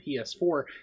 PS4